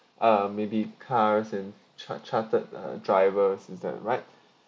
uh maybe cars and chart~ charted uh drivers is that right